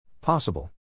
Possible